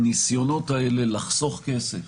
הניסיונות האלה לחסוך כסף